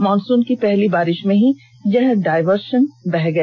monsoon की पहली बारिश में ही डायवर्सन बह गया